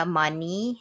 money